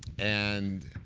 and